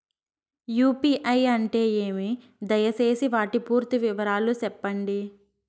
UPI అంటే ఏమి? దయసేసి వాటి పూర్తి వివరాలు సెప్పండి?